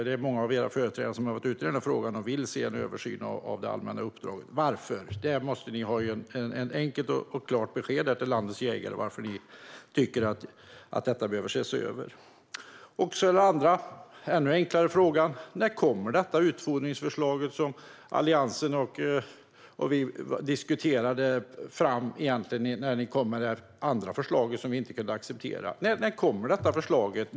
Det är många av era företrädare som har varit ute i frågan och vill se en översyn av det allmänna uppdraget. Varför? Ni måste ha ett enkelt och klart besked till landets jägare varför ni tycker att det behöver ses över. Den andra frågan är ännu enklare. När kommer det utfodringsförslag som Alliansen diskuterade fram när ni kom med ert andra förslag som vi inte kunde acceptera? När kommer detta förslag?